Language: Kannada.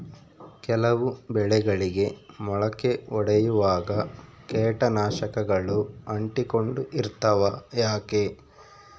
ಕೆಲವು ಬೆಳೆಗಳಿಗೆ ಮೊಳಕೆ ಒಡಿಯುವಾಗ ಕೇಟನಾಶಕಗಳು ಅಂಟಿಕೊಂಡು ಇರ್ತವ ಯಾಕೆ?